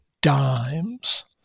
dimes